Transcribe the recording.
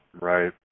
Right